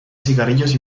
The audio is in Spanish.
cigarrillos